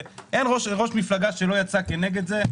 אין ראש מפלגה שלא יצא כנגד זה,